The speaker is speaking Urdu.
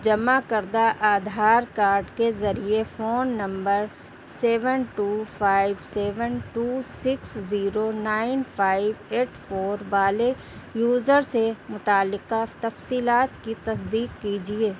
جمع کردہ آدھار کارڈ کے ذریعے phone number seven two five seven two six zero nine five eight four والے یوزر سے متعلقہ تفصیلات کی تصدیق کیجیے